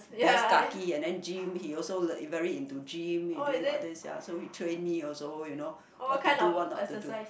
best kaki and then gym he also very into gym he doing all this ya so he train me also you know what to do what not to do